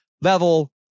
level